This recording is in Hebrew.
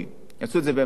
יעשו את זה באמצעות עמותות,